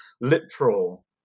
literal